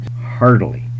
heartily